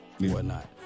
whatnot